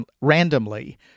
randomly